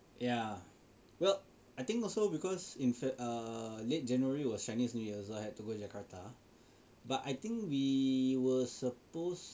ya well I think also because in feb~ err late January it was Chinese new year I had to go Jakarta but I think we were supposed